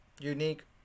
unique